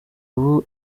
ubu